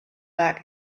back